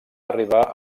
arribar